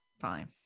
fine